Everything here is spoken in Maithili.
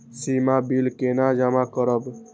सीमा बिल केना जमा करब?